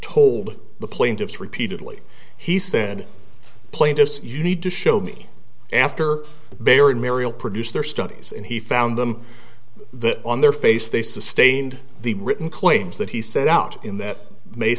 told the plaintiffs repeatedly he said plaintiffs you need to show me after bear in mariel produce their studies and he found them that on their face they sustained the written claims that he set out in that may